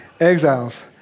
Exiles